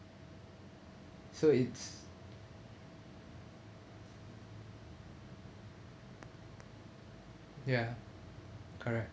so it's ya correct